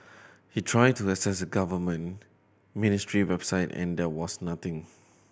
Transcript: he'd tried to access a government ministry website and there was nothing